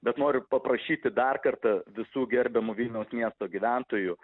bet noriu paprašyti dar kartą visų gerbiamų vilniaus miesto gyventojų